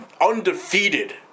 undefeated